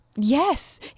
yes